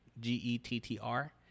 G-E-T-T-R